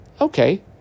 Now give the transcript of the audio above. Okay